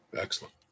Excellent